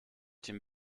den